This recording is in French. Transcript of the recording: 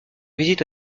visite